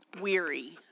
weary